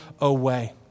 away